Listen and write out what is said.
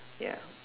ya